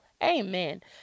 Amen